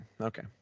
okay